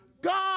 God